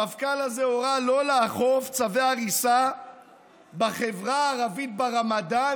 המפכ"ל הזה הורה שלא לאכוף צווי הריסה בחברה הערבית ברמדאן,